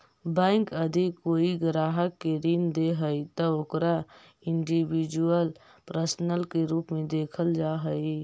bank यदि कोई ग्राहक के ऋण दे हइ त ओकरा इंडिविजुअल पर्सन के रूप में देखल जा हइ